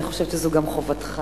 אני חושבת שזו גם חובתך.